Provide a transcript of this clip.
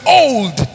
old